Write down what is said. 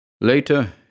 Later